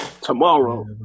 tomorrow